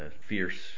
fierce